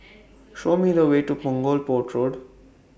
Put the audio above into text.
Show Me The Way to Punggol Port Road